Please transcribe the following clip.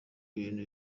ibintu